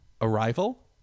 Arrival